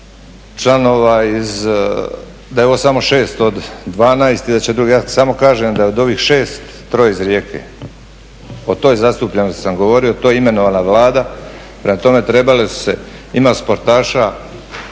članova da je ovo samo 6 od 12 i ja samo kažem da od ovih 6 troje iz Rijeke. O toj zastupljenosti sam govorio, to je imenovala Vlada. Prema tome, ima sportaša